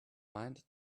mind